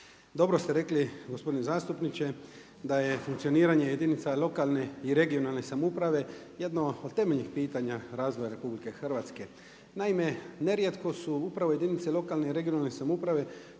Dobro ste rekli gospodine zastupniče da je funkcioniranje jedinica lokalne i regionalne samouprave jedno od temeljnih pitanja razvoja RH. Naime, nerijetko su upravo jedinice lokalne i regionalne samouprave